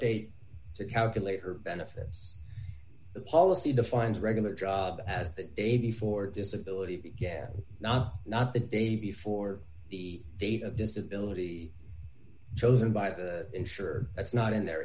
date to calculate her benefits the policy defines regular job as the day before disability began not not the day before the date of disability chosen by the insurer that's not in there